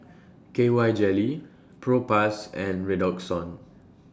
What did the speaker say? K Y Jelly Propass and Redoxon